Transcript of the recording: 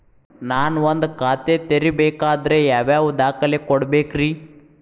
ನಾನ ಒಂದ್ ಖಾತೆ ತೆರಿಬೇಕಾದ್ರೆ ಯಾವ್ಯಾವ ದಾಖಲೆ ಕೊಡ್ಬೇಕ್ರಿ?